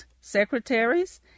secretaries